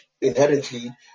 inherently